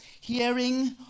hearing